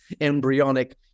embryonic